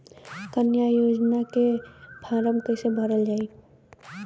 कन्या योजना के फारम् कैसे भरल जाई?